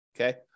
okay